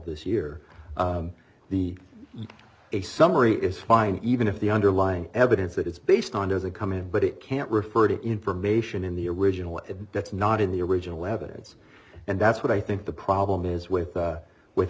this year the a summary is fine even if the underlying evidence that it's based on doesn't come in but it can't refer to information in the original and that's not in the original evidence and that's what i think the problem is with with